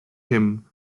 him